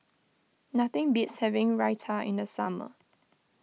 nothing beats having Raita in the summer